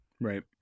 Right